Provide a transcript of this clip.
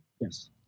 Yes